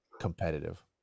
competitive